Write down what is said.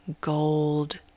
gold